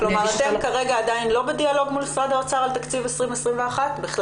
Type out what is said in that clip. כלומר אתם כרגע עדיין לא בדיאלוג מול משרד האוצר על תקציב 2021 בכלל?